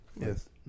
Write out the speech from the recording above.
Yes